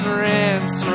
rinse